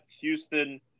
Houston